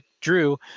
Drew